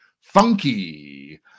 funky